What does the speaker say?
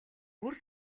бүр